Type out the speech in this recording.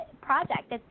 project